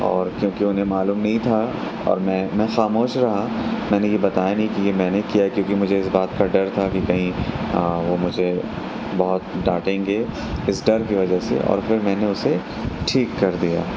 اور کیوںکہ انہیں معلوم نہیں تھا اور میں میں خاموش رہا میں نے یہ بتایا نہیں کہ یہ میں نے کیا ہے کیوںکہ مجھے اِس بات کا ڈر تھا کی کہیں وہ مجھے بہت ڈانٹیں گے اِس ڈر کی وجہ سے اور پھر میں نے اُسے ٹھیک کر دیا